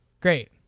Great